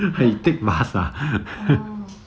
orh